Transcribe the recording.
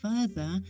further